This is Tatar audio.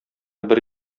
бер